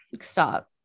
stop